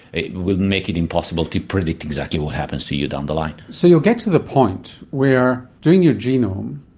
it will make it impossible to predict exactly what happens to you down the line. so you'll get to the point where doing your genome,